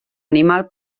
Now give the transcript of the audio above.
animal